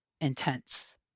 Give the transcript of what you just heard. intense